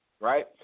right